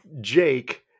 Jake